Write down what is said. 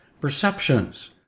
Perceptions